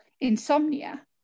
insomnia